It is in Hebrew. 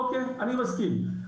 אוקיי, אני מסכים.